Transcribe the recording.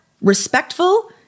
respectful